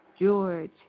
George